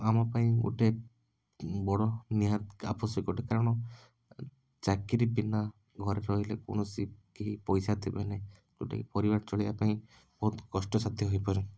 ଆମ ପାଇଁ ଗୋଟେ ଉଁ ବଡ଼ ନିହାତି ଆବଶ୍ୟକ ଅଟେ କାରଣ ଚାକିରି ବିନା ଘରେ ରହିଲେ କୌଣସି କେହି ପଇସା ଦେବେ ନାହିଁ ଯେଉଁଟାକି ପରିବାର ଚଳେଇବାପାଇଁ ବହୁତ କଷ୍ଟସାଧ୍ୟ ହେଇପାରେ